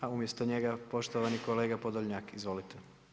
A umjesto njega poštovani kolega Podolnjak, izvolite.